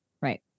Right